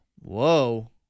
Whoa